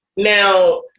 Now